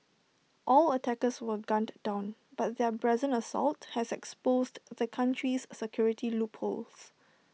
all attackers were gunned down but their brazen assault has exposed the country's security loopholes